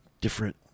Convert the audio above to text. different